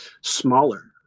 smaller